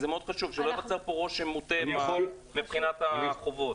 שלא ייווצר פה רושם מטעה מבחינת החברות.